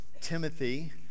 Timothy